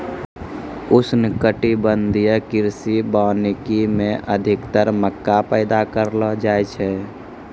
उष्णकटिबंधीय कृषि वानिकी मे अधिक्तर मक्का पैदा करलो जाय छै